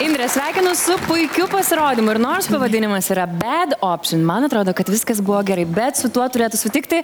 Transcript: indre sveikinu su puikiu pasirodymu ir nors pavadinimas yra bed opšin man atrodo kad viskas buvo gerai bet su tuo turėtų sutikti